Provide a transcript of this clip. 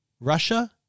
Russia